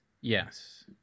Yes